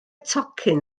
tocyn